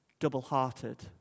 double-hearted